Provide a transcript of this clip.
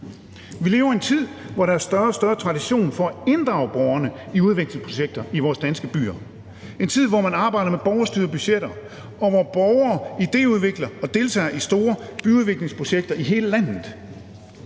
Vi lever i en tid, hvor der er større og større tradition for at inddrage borgerne i udviklingsprojekter i vores danske byer – en tid, hvor man arbejder med borgerstyrede budgetter, og hvor borgere idéudvikler og deltager i store byudviklingsprojekter i hele landet.